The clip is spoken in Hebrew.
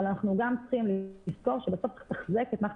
אנחנו גם צריכים לזכור שבסוף צריך לתחזק את מערכת